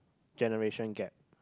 generation gap